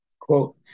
quote